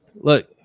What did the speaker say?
Look